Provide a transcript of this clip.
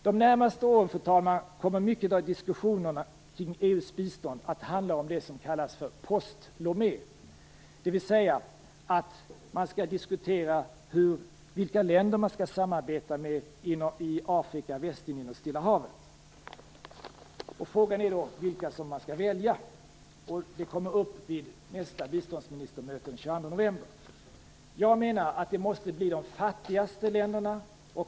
De närmaste åren, fru talman, kommer mycket av diskussionerna kring EU:s bistånd att handla om det som kallas för post-Lome, dvs. att man skall diskutera vilka länder man skall samarbeta med inom Afrika, Västindien och Stilla havet. Frågan är då vilka man skall välja. Den frågan kommer upp vid nästa biståndsministermöte den 22 november. Jag menar att det måste bli de fattigaste länderna.